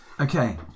okay